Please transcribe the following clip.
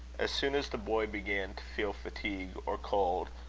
as soon as the boy began to feel fatigue, or cold,